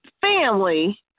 family